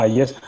Yes